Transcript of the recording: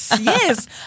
yes